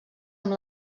amb